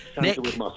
Nick